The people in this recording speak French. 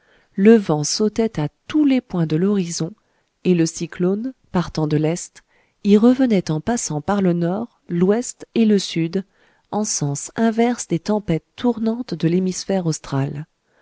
le vent sautait à tous les points de l'horizon et le cyclone partant de l'est y revenait en passant par le nord l'ouest et le sud en sens inverse des tempêtes tournantes de l'hémisphère austral